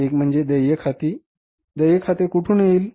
एक म्हणजे देय खाती देय खाते कुठून येईल